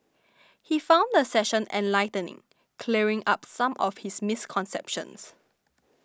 he found the session enlightening clearing up some of his misconceptions